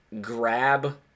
grab –